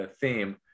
theme